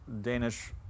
Danish